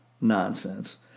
nonsense